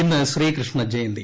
ഇന്ന് ശ്രീകൃഷ്ണ ജയന്തി